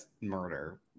murder